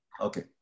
Okay